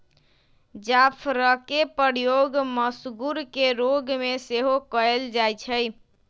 जाफरके प्रयोग मसगुर के रोग में सेहो कयल जाइ छइ